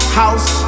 house